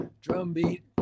drumbeat